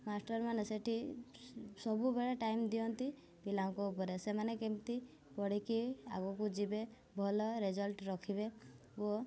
ମାଷ୍ଟରମାନେ ସେଠି ସବୁବେଳେ ଟାଇମ୍ ଦିଅନ୍ତି ପିଲାଙ୍କ ଉପରେ ସେମାନେ କେମିତି ପଢ଼ିକି ଆଗକୁ ଯିବେ ଭଲ ରେଜଲ୍ଟ ରଖିବେ ଓ